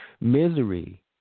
Misery